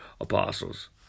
apostles